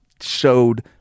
showed